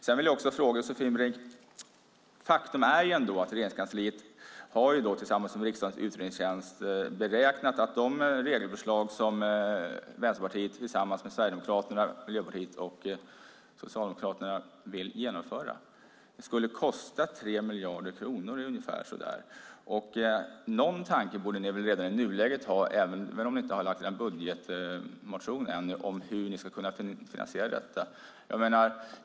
Jag vill också fråga Josefin Brink om följande: Faktum är att Regeringskansliet tillsammans med riksdagens utredningstjänst har beräknat att de regelförslag som Vänsterpartiet vill genomföra tillsammans med Sverigedemokraterna, Miljöpartiet och Socialdemokraterna skulle kosta ungefär 3 miljarder kronor. Någon tanke borde ni väl ha redan i nuläget, även om ni ännu inte har lagt fram någon budgetmotion, om hur ni ska kunna finansiera detta.